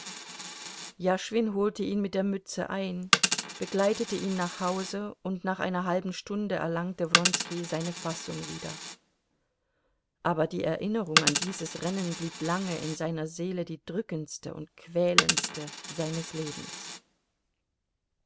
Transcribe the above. jaschwin holte ihn mit der mütze ein begleitete ihn nach hause und nach einer halben stunde erlangte wronski seine fassung wieder aber die erinnerung an dieses rennen blieb lange in seiner seele die drückendste und quälendste seines lebens